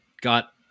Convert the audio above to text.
got